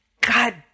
God